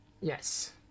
Yes